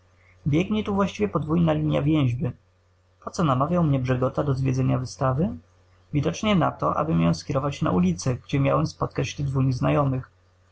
biegnie tu właściwie podwójna linia więźby po co namawiał mnie brzegota do zwiedzenia wystawy widocznie na to by mię skierować na ulicę gdzie miałem